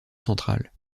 central